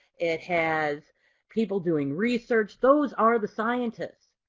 it has people doing research, those are the scientists.